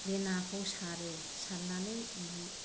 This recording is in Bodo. बे नाखौ सारो सारनानै ओमफ्राय